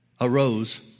arose